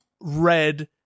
red